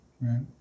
Right